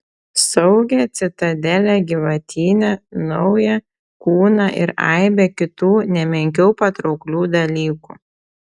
saugią citadelę gyvatyne naują kūną ir aibę kitų ne menkiau patrauklių dalykų